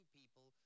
people